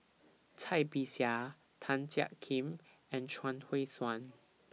Cai Bixia Tan Jiak Kim and Chuang Hui Tsuan